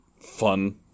fun